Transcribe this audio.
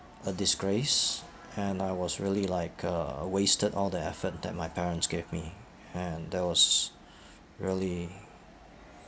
a disgrace and I was really like uh wasted all the effort that my parents gave me and that was really